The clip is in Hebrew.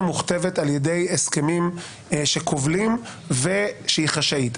מוכתבת על ידי הסכמים שכובלים ושהיא חשאית.